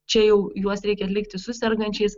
čia jau juos reikia atlikti su sergančiais